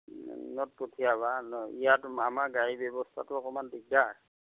ত পঠিয়াবা ইয়াত আমাৰ গাড়ী ব্যৱস্থাটো অকমান দিগদাৰ